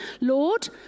Lord